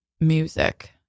music